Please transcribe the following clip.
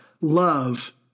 love